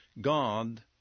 God